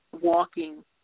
walking